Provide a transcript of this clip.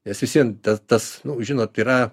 nes visvien ta tas nu žinot yra